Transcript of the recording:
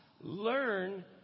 learn